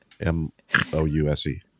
M-O-U-S-E